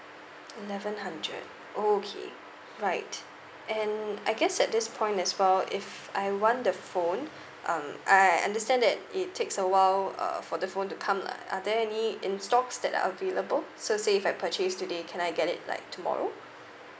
eleven hundred oh okay right and I guess at this point as well if I want the phone um I understand that it takes a while uh for the phone to come lah are there any in stocks that are available so say if I purchase today can I get it like tomorrow